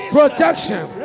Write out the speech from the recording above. Protection